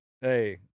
Hey